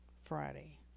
Friday